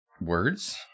words